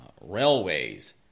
railways